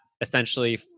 essentially